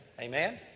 Amen